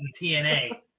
TNA